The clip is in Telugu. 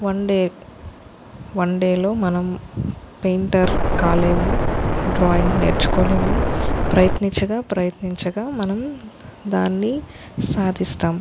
వన్ డే వన్ డేలో మనం పెయింటర్ కాలేము డ్రాయింగ్ నేర్చుకోలేము ప్రయత్నించగా ప్రయత్నించగా మనం దాన్ని సాధిస్తాం